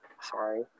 Sorry